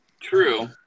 True